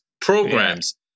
programs